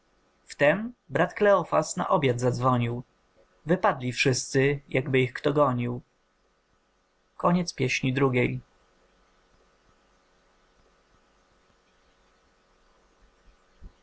wtem brat kleofas na obiad zadzwonił wypadli wszyscy jakby ich kto gonił